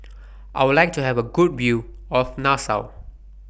I Would like to Have A Good View of Nassau